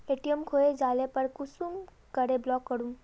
ATM खोये जाले पर कुंसम करे ब्लॉक करूम?